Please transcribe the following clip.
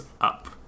up